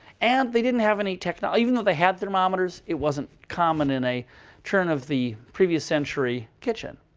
and they didn't have any technology. even though they had thermometers, it wasn't common in a turn of the previous century kitchen.